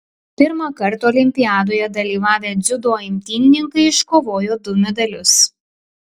pirmąkart olimpiadoje dalyvavę dziudo imtynininkai iškovojo du medalius